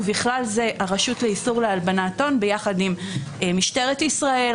ובכלל זה הרשות לאיסור להלבנת הון ביחד עם משטרת ישראל,